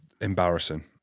embarrassing